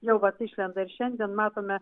jau vat išlenda ir šiandien matome